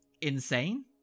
insane